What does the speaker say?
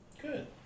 good